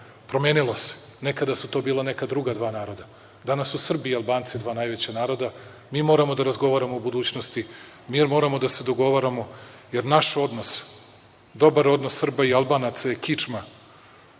Promenilo se, nekada su to bila neka druga dva naroda, danas su Srbi i Albanci dva najveća naroda. Mi moramo da razgovaramo o budućnosti, mi moramo da se dogovaramo, jer naš odnos, dobar odnos Srba i Albanaca je kičma